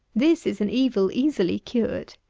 this is an evil easily cured.